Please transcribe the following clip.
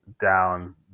down